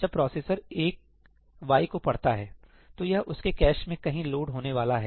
जब processor 1 y को पढ़ता है सही है तो यह उसके कैश में कहीं लोड होने वाला है